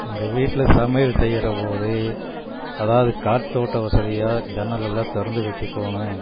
எங்கள் வீட்டில் சமையல் செய்கிறபோது அதாவது காற்றோட்ட வசதியாக ஜன்னலெல்லாம் திறந்து வச்சிக்கணும்